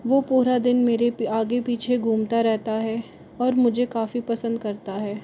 वो पूरे दिन मेरे आगे पीछे घूमता रहता है और मुझे काफी पसंद करता है